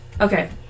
okay